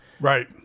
right